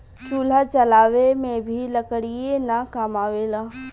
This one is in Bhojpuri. चूल्हा जलावे में भी लकड़ीये न काम आवेला